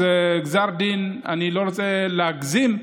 אני לא רוצה להגזים,